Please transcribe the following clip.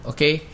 Okay